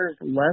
less